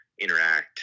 interact